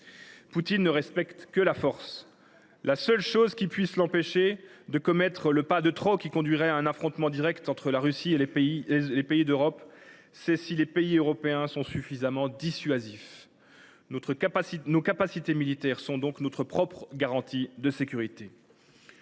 Poutine ne respecte que la force. La seule chose qui puisse l’empêcher de commettre le pas de trop qui conduirait à un affrontement direct entre la Russie et les pays d’Europe, c’est l’aptitude des pays européens à être suffisamment dissuasifs. Nos capacités militaires sont donc notre propre garantie de sécurité.